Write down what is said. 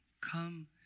Come